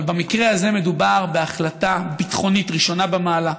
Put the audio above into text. אבל במקרה הזה מדובר בהחלטה ביטחונית ראשונה במעלה,